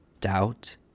doubt